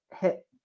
hit